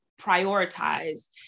prioritize